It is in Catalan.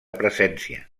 presència